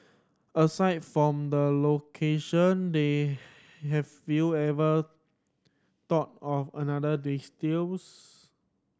aside from the location they have you ever thought of any other